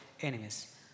enemies